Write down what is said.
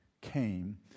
came